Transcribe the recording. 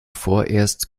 vorerst